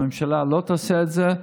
הממשלה לא תעשה את זה,